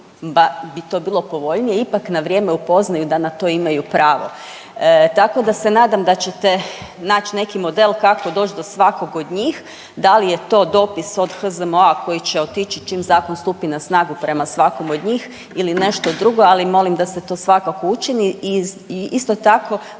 bi to bilo povoljnije ipak na vrijeme upoznaju da na to imaju pravo, tako da se nadam da ćete naći neki model kako doći do svakog od njih. Da li je to dopis od HZMO-a koji će otići čim zakon stupi na snagu prema svakom od njih ili nešto drugo, ali molim da se to svakako učini. I isto tako